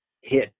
hit